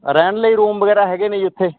ਰਹਿਣ ਲਈ ਰੂਮ ਵਗੈਰਾ ਹੈਗੇ ਨੇ ਜੀ ਉੱਥੇ